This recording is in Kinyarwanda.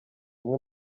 umwe